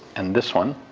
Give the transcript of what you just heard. and this one